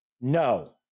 no